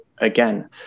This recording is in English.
again